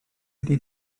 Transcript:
ydy